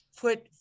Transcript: put